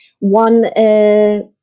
One